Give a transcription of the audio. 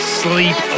sleep